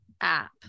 app